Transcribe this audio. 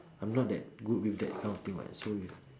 I'm not that good with that kind of thing [what] so